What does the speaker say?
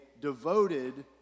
devoted